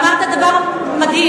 אמרת דבר מדהים,